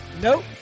Nope